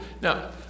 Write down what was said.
Now